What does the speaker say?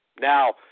Now